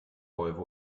volvo